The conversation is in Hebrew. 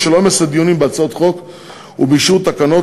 בשל עומס הדיונים בהצעות חוק ובאישור תקנות,